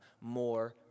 more